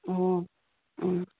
ꯑꯣ ꯎꯝ